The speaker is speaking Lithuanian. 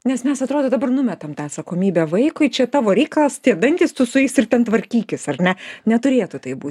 nes mes atrodo dabar numetam tą atsakomybę vaikui čia tavo reikalas tie dantys tu su jais ir ten tvarkykis ar ne neturėtų taip būti